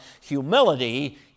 humility